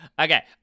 okay